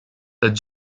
that